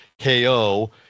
KO